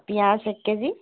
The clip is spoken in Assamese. পিঁয়াজ এক কেজি